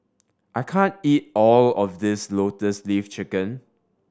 I can't eat all of this Lotus Leaf Chicken